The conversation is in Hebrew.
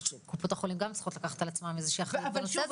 קופות החולים גם צריכות לקחת על עצמן איזה שהיא אחריות בנושא הזה,